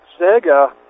Sega